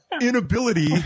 inability